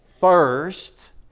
first